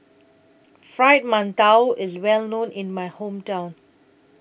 Fried mantou IS Well known in My Hometown